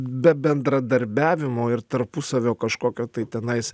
be bendradarbiavimo ir tarpusavio kažkokio tai tenais